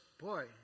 boy